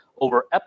over